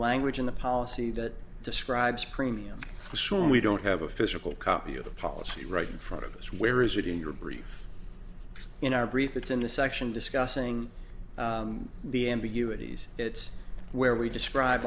language in the policy that describes premium sure we don't have a physical copy of the policy right in front of us where is it in your brief in our brief it's in the section discussing the ambiguity as it's where we describe